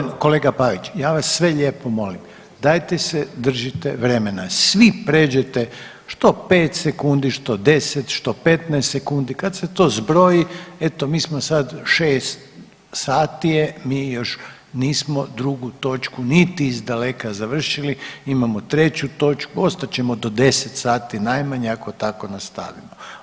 Ja vas, pardon kolega Pavić, ja vas sve lijepo molim dajte se držite vremena, svi pređete što 5 sekundi, što 10, što 15 sekundi, kad se to zbroji eto mi smo sad, 6 sati je mi još nismo drugu točku niti iz daleka završili, imamo treću točku, ostat ćemo do 10 sati najmanje ako tako nastavimo.